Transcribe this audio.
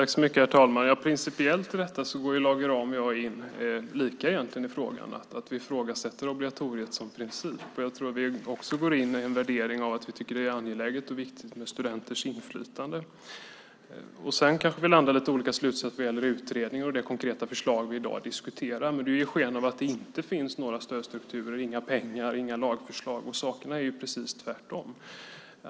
Herr talman! Principiellt går Lage Rahm och jag egentligen in lika i frågan, nämligen att vi ifrågasätter obligatoriet som princip. Jag tror att vi också går in med en värdering att vi tycker att det är angeläget och viktigt med studenters inflytande. Sedan kanske vi landar i lite olika slutsatser vad gäller utredningen och det konkreta förslag som vi i dag diskuterar. Men Lage Rahm ger sken av att det inte finns några stödstrukturer, att det inte finns några pengar och att det inte finns några lagförslag. Det är precis tvärtom.